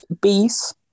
bees